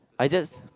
I just